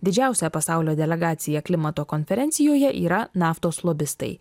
didžiausia pasaulio delegacija klimato konferencijoje yra naftos lobistai